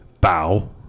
Bow